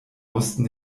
mussten